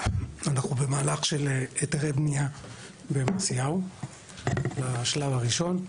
אנחנו במהלך של היתרי בנייה במעשיהו בשלב הראשון.